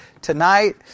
tonight